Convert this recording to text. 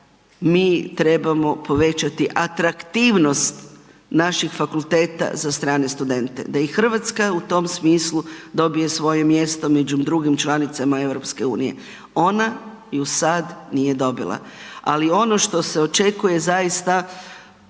mi trebamo povećati atraktivnost naših fakulteta za strane studente. Da i Hrvatska u tom smislu dobije svoje mjesto među drugim članicama EU. Ona ju sad nije dobila, ali ono što se očekuje zaista,